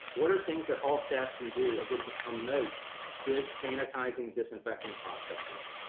what are the things that all staff can do, again to promote good sanitizing disinfecting processes?